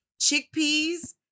chickpeas